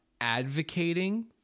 advocating